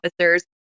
officers